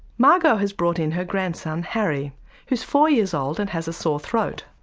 margot has brought in her grandson harry who's four years old and has a sore throat.